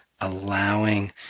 Allowing